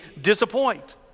disappoint